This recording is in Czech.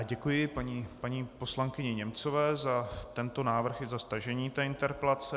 Děkuji paní poslankyni Němcové za tento návrh i za stažení interpelace.